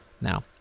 now